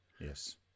Yes